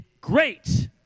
great